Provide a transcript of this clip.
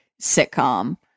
sitcom